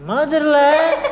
Motherland